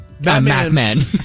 Batman